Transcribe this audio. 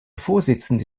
vorsitzende